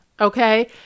Okay